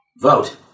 vote